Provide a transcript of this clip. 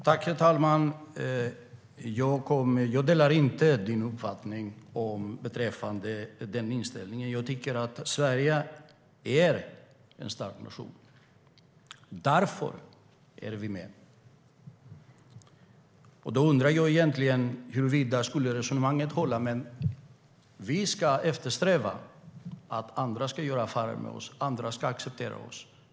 Herr talman! Jag delar inte Johnny Skalins uppfattning och inställning. Sverige är en stark nation, tycker jag. Därför är vi med. Vi ska eftersträva att andra ska göra affärer med oss och acceptera oss.